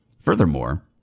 Furthermore